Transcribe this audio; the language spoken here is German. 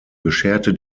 bescherte